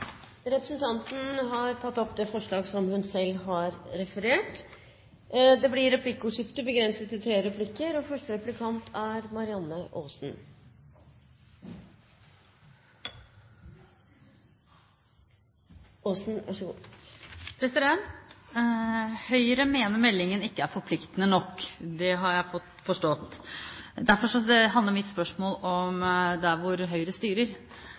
det forslaget Høyre står alene om, nr. 5. Representanten Elisabeth Aspaker har tatt opp det forslaget hun refererte til. Det blir replikkordskifte. Høyre mener at meldingen ikke er forpliktende nok, det har jeg forstått. Derfor handler mitt spørsmål om der hvor Høyre styrer.